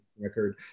record